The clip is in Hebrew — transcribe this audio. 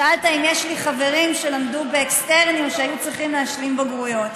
שאלת אם יש לי חברים שלמדו באקסטרני או שהיו צריכים להשלים בגרויות.